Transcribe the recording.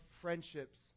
friendships